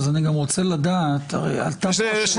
אז אני רוצה לדעת --- שנייה,